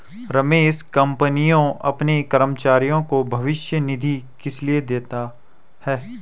रमेश कंपनियां अपने कर्मचारियों को भविष्य निधि किसलिए देती हैं?